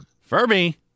Furby